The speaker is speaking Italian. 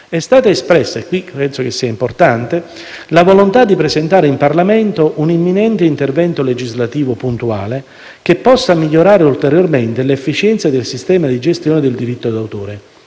è stata espressa - penso che questo sia importante - la volontà di presentare in Parlamento un imminente intervento legislativo puntuale, che possa migliorare ulteriormente l'efficienza del sistema di gestione del diritto d'autore,